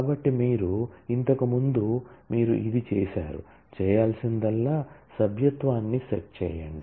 కాబట్టి మీరు ఇంతకు ముందు మీరు ఇది చేసారు చేయాల్సిందల్లా సభ్యత్వాన్ని సెట్ చేయండి